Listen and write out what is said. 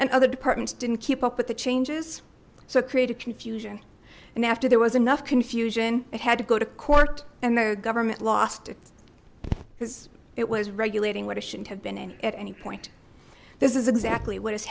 and other departments didn't keep up with the changes so created confusion and after there was enough confusion it had to go to court and the government lost it because it was regulating what it shouldn't have been in at any point this is exactly what is